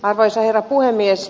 arvoisa herra puhemies